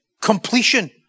completion